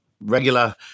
regular